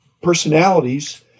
personalities